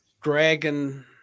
Dragon